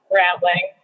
rambling